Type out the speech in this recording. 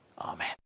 Amen